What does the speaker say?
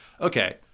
okay